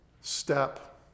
step